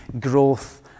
growth